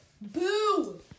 Boo